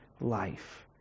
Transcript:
life